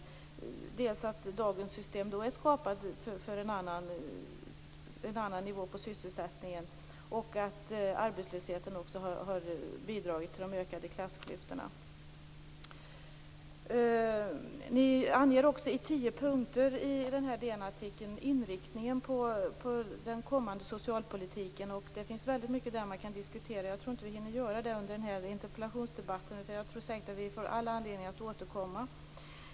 Det gäller t.ex. att dagens system är skapat för en annan sysselsättningsnivå och att arbetslösheten har bidragit till de ökade klassklyftorna. Ni anger också i tio punkter i DN-artikeln inriktningen på den kommande socialpolitiken. Det finns väldigt mycket där som man kan diskutera. Jag tror inte att vi hinner göra det under denna interpellationsdebatt, men jag tror säkert att vi får all anledning att återkomma.